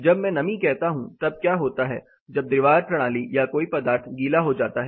जब मैं नमी कहता हूं तब क्या होता है जब दीवार प्रणाली या कोई पदार्थ गीला हो जाता है